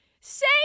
Say